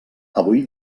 avui